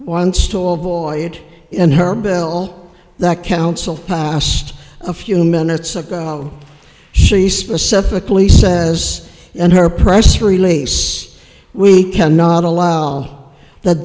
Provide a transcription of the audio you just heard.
voyage in her bill that council passed a few minutes ago she specifically says in her press release we cannot allow